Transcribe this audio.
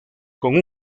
con